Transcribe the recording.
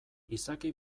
izaki